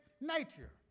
nature